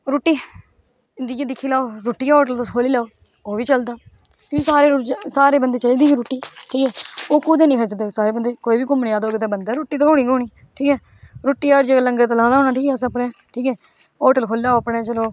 रोटी हून जियां दिक्खी लेऔ ओह बी चलदा सारे बंदे चाहिदी रुट्टी ठीक ऐ ओह् कुते नेई खाई लकदे जेहडे़ घूमने गीं आए दा होग उत्थे रोटी ते होनी गै होनी ठीक ऐ रुट्टी दा लगंर ते लाएदा होना अपने ठीक ऐ होटल खुल्ले दा होग अपने